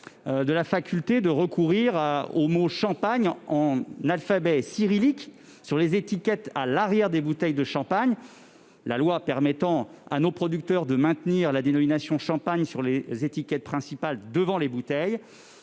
de la faculté de recourir au mot champagne en alphabet cyrillique sur les étiquettes à l'arrière des bouteilles de champagne, tout en leur permettant de maintenir la dénomination champagne sur les étiquettes principales à l'avant des bouteilles,